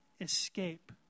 escape